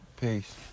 Peace